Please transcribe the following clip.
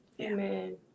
Amen